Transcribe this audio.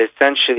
essentially